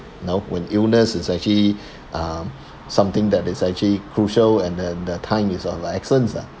you know when illness is actually um something that is actually crucial and and the time is of like essence ah